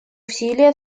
усилия